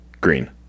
green